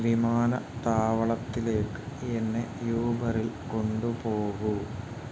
വിമാനത്താവളത്തിലേക്ക് എന്നെ യൂബറിൽ കൊണ്ടുപോകൂ